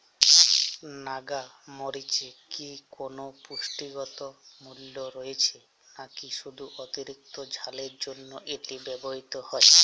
নাগা মরিচে কি কোনো পুষ্টিগত মূল্য রয়েছে নাকি শুধু অতিরিক্ত ঝালের জন্য এটি ব্যবহৃত হয়?